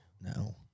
No